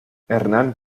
hernán